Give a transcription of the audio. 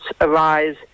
arise